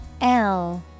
-L